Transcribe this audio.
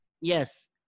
yes